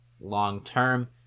long-term